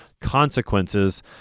consequences